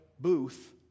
booth